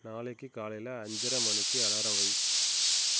நாளைக்கு காலையில் அஞ்சரை மணிக்கு அலாரம் வை